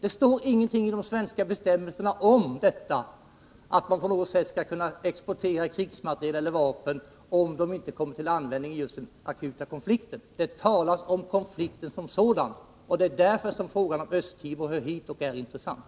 Det står ingenting i de svenska bestämmelserna om att man på något sätt skall kunna exportera krigsmateriel eller vapen om de inte kommer till användning i just den akuta konflikten. Det talas om konflikter som sådana, och det är därför som frågan om Östtimor hör hit och är intressant.